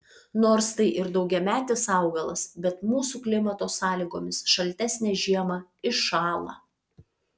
nors tai ir daugiametis augalas bet mūsų klimato sąlygomis šaltesnę žiemą iššąla